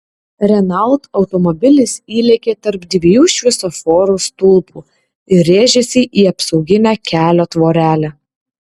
renault automobilis įlėkė tarp dviejų šviesoforo stulpų ir rėžėsi į apsauginę kelio tvorelę